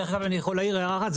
אני יכול להעיר הערה אחת?